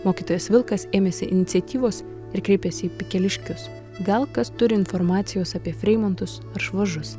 mokytojas vilkas ėmėsi iniciatyvos ir kreipėsi į pikeliškius gal kas turi informacijos apie freimontus ar švažus